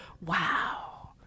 wow